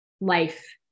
life